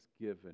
given